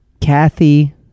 Kathy